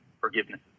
forgiveness